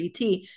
ET